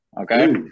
Okay